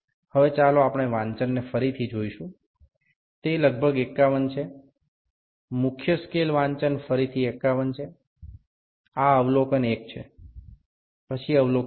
હવે ચાલો આપણે વાંચનને ફરીથી જોઈશું તે લગભગ 51 છે મુખ્ય સ્કેલ વાંચન ફરીથી 51 છે આ અવલોકન 1 છે પછી અવલોકન 2